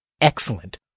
Excellent